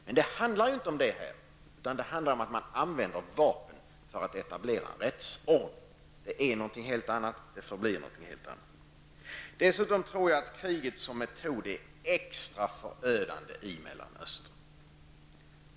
Men här handlar det inte om detta, utan det handlar om att man använder vapen för att etablera en rättsordning. Det är något helt annat och förblir något helt annat. Dessutom tror jag att kriget som metod är extra förödande i Mellanöstern.